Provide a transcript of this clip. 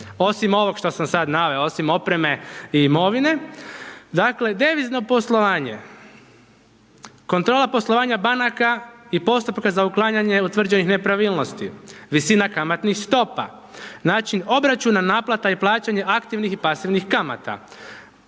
osim ovog što sam sad naveo, osim opreme i imovine. Dakle, devizno poslovanje, kontrola poslovanja banaka i postupaka za uklanjanje utvrđenih nepravilnosti, visina kamatnih stopa, način obračuna, naplata i plaćanja aktivnih i pasivnih kamata,